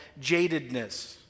jadedness